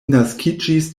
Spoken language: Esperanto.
naskiĝis